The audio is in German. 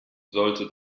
sollte